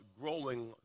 growing